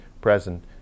present